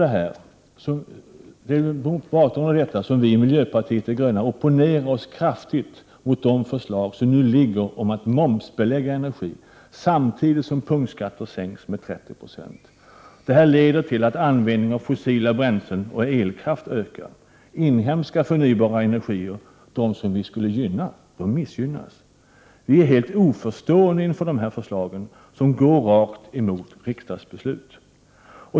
Det är mot bakgrund av detta som vi i miljöpartiet de gröna opponerar oss kraftigt mot de förslag som har lagts fram om att momsbelägga energi samtidigt som punktskatterna sänks med 30 96. Detta leder till att användningen av fossila bränslen och elkraft ökar. Inhemsk förnybar energi, som vi skulle gynna, missgynnas. Vi är helt oförstående inför dessa förslag som går rakt emot riksdagsbeslut.